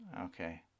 Okay